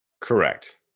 Correct